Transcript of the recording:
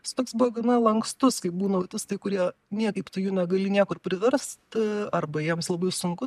jis toks buvo gana lankstus kai būna autistai kurie niekaip tu jų negali niekur priverst arba jiems labai sunku